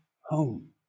home